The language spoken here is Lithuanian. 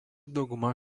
dauguma